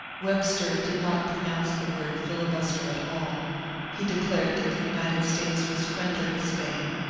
webster did not pronounce the word filibuster at all he declared that the united states was friendly with spain,